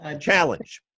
Challenge